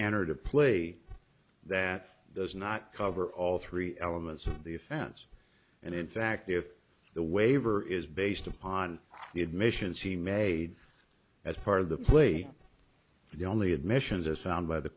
entered a plea that does not cover all three elements of the offense and in fact if the waiver is based upon the admissions he made as part of the plea the only admissions as found by the